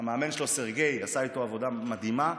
והמאמן שלו סרגיי עשה איתו עבודה מדהימה.